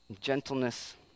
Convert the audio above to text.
gentleness